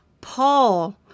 Paul